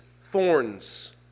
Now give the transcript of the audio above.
thorns